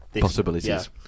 possibilities